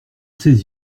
ses